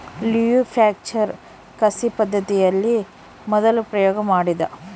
Louis Pasteur ಕಸಿ ಪದ್ದತಿಯನ್ನು ಮೊದಲು ಪ್ರಯೋಗ ಮಾಡಿದ